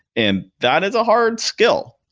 and that is a hard skill,